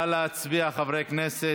נא להצביע, חברי הכנסת.